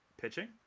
pitching